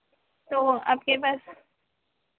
तो आपके पास